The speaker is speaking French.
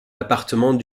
appartement